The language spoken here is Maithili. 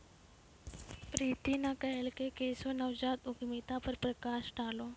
प्रीति न कहलकै केशव नवजात उद्यमिता पर प्रकाश डालौ